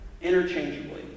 Interchangeably